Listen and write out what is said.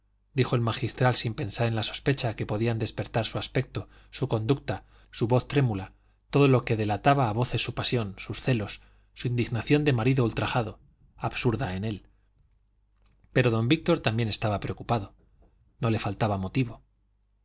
dijo el magistral sin pensar en la sospecha que podían despertar su aspecto su conducta su voz trémula todo lo que delataba a voces su pasión sus celos su indignación de marido ultrajado absurda en él pero don víctor también estaba preocupado no le faltaba motivo